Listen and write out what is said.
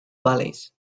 valleys